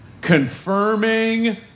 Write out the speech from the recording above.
Confirming